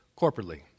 corporately